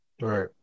Right